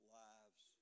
lives